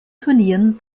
turnieren